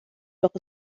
doch